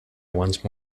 once